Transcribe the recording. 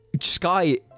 Sky